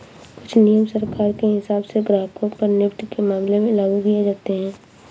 कुछ नियम सरकार के हिसाब से ग्राहकों पर नेफ्ट के मामले में लागू किये जाते हैं